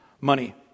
Money